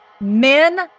Men